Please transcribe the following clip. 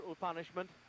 punishment